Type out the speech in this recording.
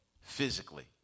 physically